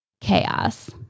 chaos